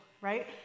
right